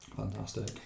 Fantastic